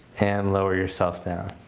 and lower yourself down.